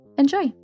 enjoy